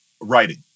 writing